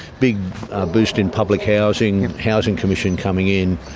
big boost in public housing, housing commission coming in,